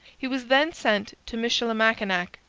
he was then sent to michilimackinac,